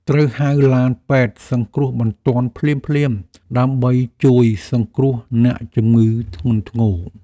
ត្រូវហៅឡានពេទ្យសង្គ្រោះបន្ទាន់ភ្លាមៗ ដើម្បីជួយសង្គ្រោះអ្នកជំងឺធ្ងន់ធ្ងរ។